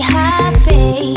happy